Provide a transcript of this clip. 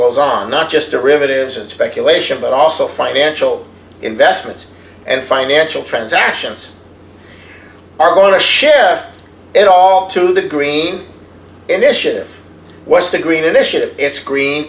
goes d on not just a rivet is in speculation but also financial investments and financial transactions are going to share it all to the green initiative was to green initiative it's green